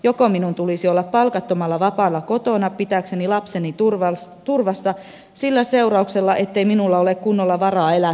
joko minun tulisi olla palkattomalla vapaalla kotona pitääkseni lapseni turvassa sillä seurauksella ettei minulla ole kunnolla varaa elättää lastani